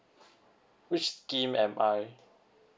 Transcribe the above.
which scheme am I